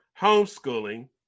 homeschooling